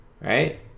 right